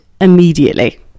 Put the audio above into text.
immediately